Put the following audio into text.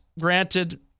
granted